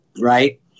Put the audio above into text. Right